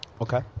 Okay